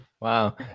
wow